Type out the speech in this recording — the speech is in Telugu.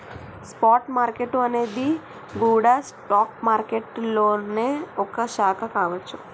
స్పాట్ మార్కెట్టు అనేది గూడా స్టాక్ మారికెట్టులోనే ఒక శాఖ కావచ్చు